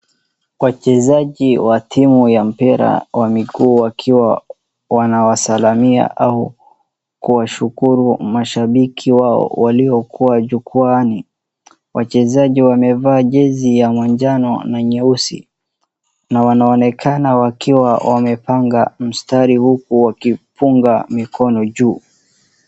Wachezaji wa timu ya mpira wamekuwa wakiwa wanawasalamia au kuwashukuru mashabiki wao waliokuwa jukwaani. Wachezaji wamevaa jezi ya manjano na nyeusi, na wanaonekana wakiwa wamepanga mstari huku wakipunga mikono juu.